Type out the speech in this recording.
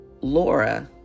Laura